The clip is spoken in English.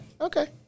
okay